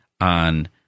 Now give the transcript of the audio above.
on